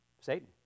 Satan